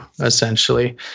essentially